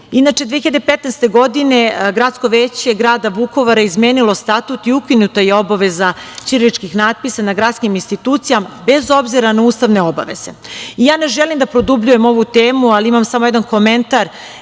godina. Inače, 2015. godine Gradsko veće grada Vukovara je izmenilo statut i ukinuta je obaveza ćiriličkih natpisa na gradskim institucijama, bez obzira na ustavne obaveze. Ja ne želim da produbljujem ovu temu, ali imam samo jedan komentar